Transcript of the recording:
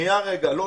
אנחנו